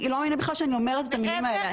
אני לא מאמינה בכלל שאני אומרת את המילים האלה.